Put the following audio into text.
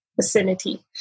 vicinity